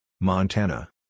Montana